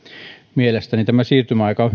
mielestäni tämä siirtymäaika